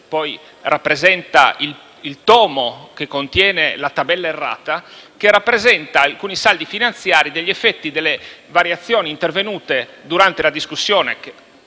sezione II, ovvero il tomo che contiene la tabella errata, che rappresenta alcuni saldi finanziari degli effetti delle variazioni intervenute durante la discussione,